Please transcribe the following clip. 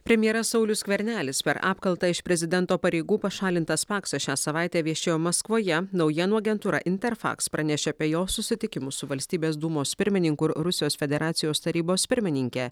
premjeras saulius skvernelis per apkaltą iš prezidento pareigų pašalintas paksas šią savaitę viešėjo maskvoje naujienų agentūra interfax pranešė apie jo susitikimus su valstybės dūmos pirmininku ir rusijos federacijos tarybos pirmininke